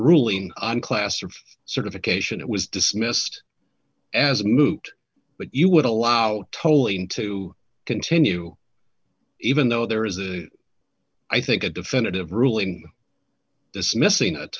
ruling on class or certification it was dismissed as moot but you would allow tolling to continue even though there is a i think a definitive ruling dismissing it